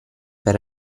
per